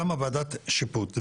קמה ועדת שיפוט,